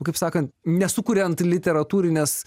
kaip sakant nesukuriant literatūrinės